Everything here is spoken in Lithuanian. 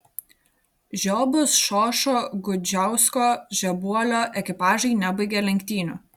žiobos šošo gudžiausko žebuolio ekipažai nebaigė lenktynių